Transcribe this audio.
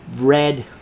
red